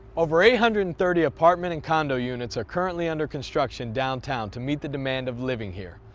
over eight hundred and thirty apartment and condo units are currently under construction downtown to meet the demand of living here.